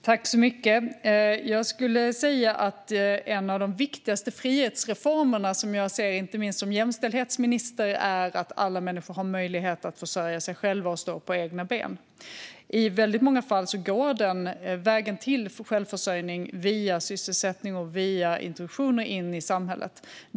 Fru talman! Jag skulle säga att en av de viktigaste frihetsreformerna jag ser, inte minst som jämställdhetsminister, är att alla människor har möjlighet att försörja sig själva och stå på egna ben. I väldigt många fall går vägen till självförsörjning via sysselsättning och introduktioner in i samhället.